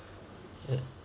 hmm